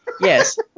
yes